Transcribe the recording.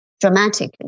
dramatically